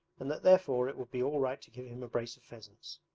and that therefore it would be all right to give him a brace of pheasants.